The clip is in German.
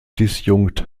disjunkt